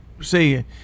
see –